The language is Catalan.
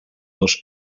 dos